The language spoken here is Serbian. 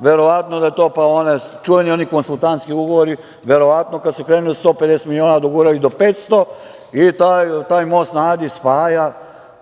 verovatno da je to Paones, čuveni onaj konsultantski ugovori, verovatno da kad se krene od 150 miliona dogurali do 500 i taj most na Adi spaja,